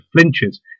flinches